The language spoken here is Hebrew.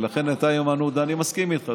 ולכן, איימן עודה, אני מסכים איתך.